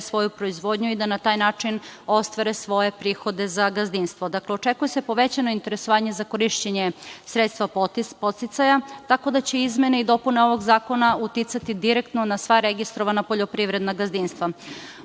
svoju proizvodnju i da na taj način ostvare svoje prihode za gazdinstvo. Dakle, očekuje se povećano interesovanje za korišćenje sredstava podsticaja, tako da će izmene i dopune ovog zakona uticati direktno na sva registrovana poljoprivredna gazdinstva. Obzirom